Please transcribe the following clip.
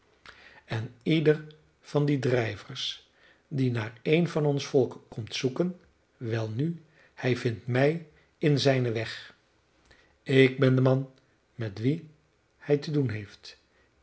en ieder van die drijvers die naar een van ons volk komt zoeken welnu hij vindt mij in zijnen weg ik ben de man met wien hij te doen heeft ik